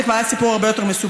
זה כבר היה סיפור הרבה יותר מסובך.